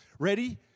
Ready